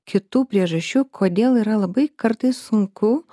kitų priežasčių kodėl yra labai kartais sunku